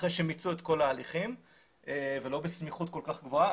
אחרי שמיצו את כל ההליכים ולא בסמיכות כל כך גבוהה,